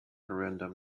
random